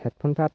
হেডফোনপাত